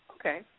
Okay